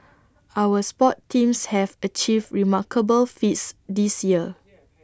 our sports teams have achieved remarkable feats this year